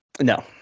no